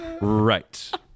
Right